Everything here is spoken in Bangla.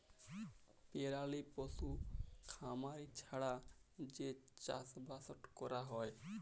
পেরালি পশু খামারি ছাড়া যে চাষবাসট ক্যরা হ্যয়